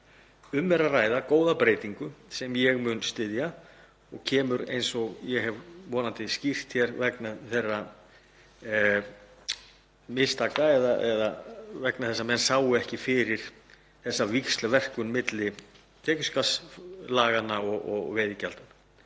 Um er að ræða góða breytingu sem ég mun styðja og kemur til, eins og ég hef vonandi skýrt hér, vegna þeirra mistaka eða vegna þess að menn sáu ekki fyrir þessa víxlverkun milli tekjuskattslaganna og veiðigjalds